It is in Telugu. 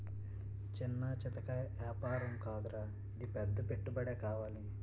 చిన్నా చితకా ఏపారం కాదురా ఇది పెద్ద పెట్టుబడే కావాలి